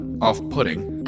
off-putting